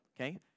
okay